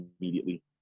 immediately